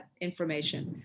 information